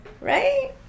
right